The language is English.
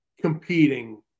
competing